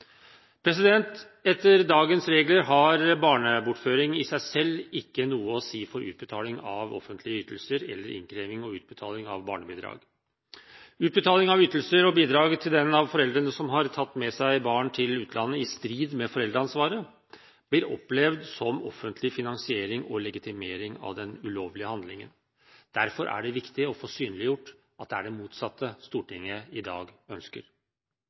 Etter dagens regler har barnebortføring i seg selv ikke noe å si for utbetaling av offentlige ytelser eller innkreving og utbetaling av barnebidrag. Utbetaling av ytelser og bidrag til den av foreldrene som har tatt med seg barn til utlandet i strid med foreldreansvaret, blir opplevd som offentlig finansiering og legitimering av den ulovlige handlingen. Derfor er det viktig å få synliggjort at det er det motsatte Stortinget i dag ønsker.